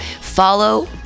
follow